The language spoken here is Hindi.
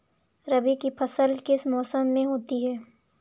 रबी की फसल किस मौसम में होती है?